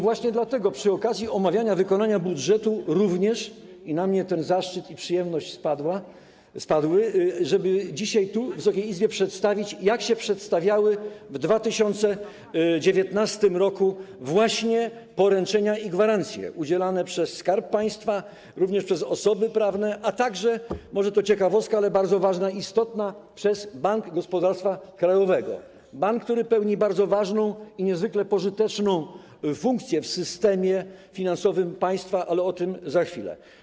Właśnie dlatego przy okazji omawiania wykonania budżetu również i na mnie ten zaszczyt i przyjemność spadły, żeby dzisiaj tu, w Wysokiej Izbie, zaprezentować, jak się przedstawiały w 2019 r. poręczenia i gwarancje udzielane przez Skarb Państwa, również przez osoby prawne, a także - może to ciekawostka, ale bardzo ważna i istotna - przez Bank Gospodarstwa Krajowego, czyli bank, który pełni bardzo ważną i niezwykle pożyteczną funkcję w systemie politycznym państwa, ale o tym za chwilę.